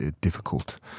difficult